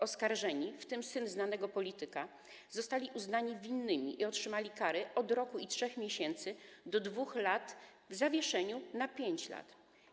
Oskarżeni, w tym syn znanego polityka, zostali uznani winnymi i otrzymali kary od 1 roku i 3 miesięcy do 2 lat w zawieszeniu na 5 lat.